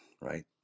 right